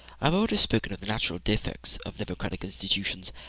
i have already spoken of the natural defects of democratic institutions,